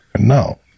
no